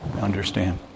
Understand